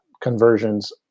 conversions